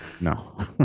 no